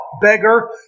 beggar